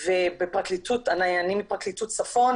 אני מפרקליטות צפון,